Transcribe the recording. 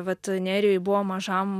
vat nerijui buvo mažam